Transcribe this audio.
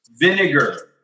vinegar